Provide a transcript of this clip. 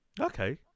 Okay